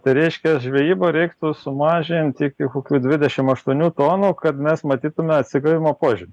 tai reiškia žvejybą reiktų sumažint iki kokių dvidešim aštuonių tonų kad mes matytume atsigavimo požymių